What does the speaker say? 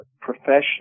profession